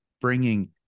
bringing